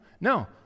No